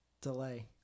delay